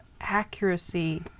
accuracy